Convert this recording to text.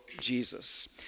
Jesus